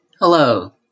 Hello